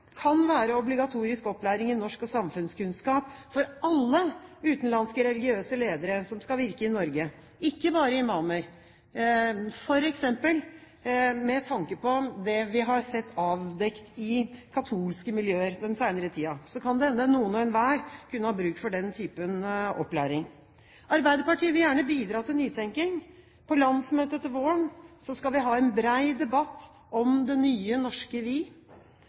samfunnskunnskap for alle utenlandske religiøse ledere som skal virke i Norge, ikke bare imamer. For eksempel med tanke på det vi har sett avdekket i katolske miljøer den senere tiden, kan det hende noen hver kan ha bruk for den typen opplæring. Arbeiderpartiet vil gjerne bidra til nytenking. På landsmøtet til våren skal vi ha en bred debatt om det nye norske «vi». I den debatten er spørsmålet om religiøse lederes rolle viktig, men i den debatten må vi